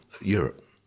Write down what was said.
Europe